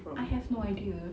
I have no idea